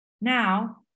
now